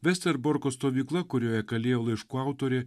vesterborko stovykla kurioje kalėjo laiškų autorė